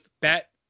bet